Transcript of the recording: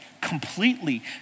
completely